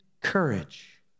courage